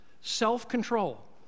self-control